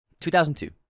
2002